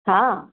हां